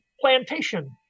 Plantation